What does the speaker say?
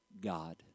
God